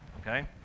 Okay